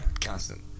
constant